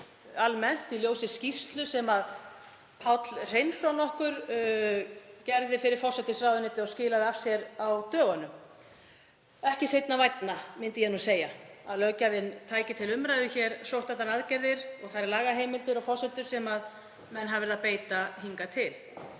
umræðu í ljósi skýrslu sem Páll Hreinsson nokkur gerði fyrir forsætisráðuneytið og skilaði af sér á dögunum. Ekki seinna vænna, myndi ég segja, að löggjafinn taki til umræðu sóttvarnaaðgerðir og þær lagaheimildir og forsendur sem menn hafa verið að beita hingað til.